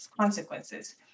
consequences